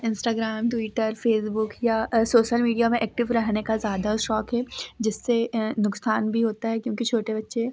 Instagram Twitter Facebook या social media में active रहने का ज़्यादा शौक है जिससे नुकसान बी होता है क्योंकि छोटे बच्चे